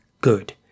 good